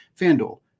FanDuel